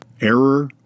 Error